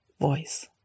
voice